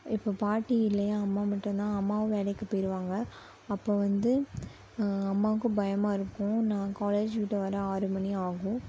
இப்போது பாட்டி இல்லையா அம்மா மட்டும்தான் அம்மாவும் வேலைக்குப் போயிடுவாங்க அப்போது வந்து அம்மாவுக்கும் பயமாக இருக்கும் நான் காலேஜ் விட்டு வர ஆறு மணி ஆகும்